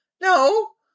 No